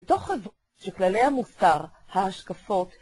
בתוך חברות שכללי המוסר, ההשקפות,